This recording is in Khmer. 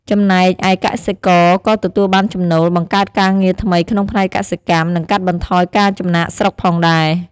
ចំណែកឯកសិករក៏ទទួលបានចំណូល បង្កើតការងារថ្មីក្នុងផ្នែកកសិកម្ម និងកាត់បន្ថយការចំណាកស្រុកផងដែរ។